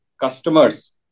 customers